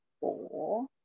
four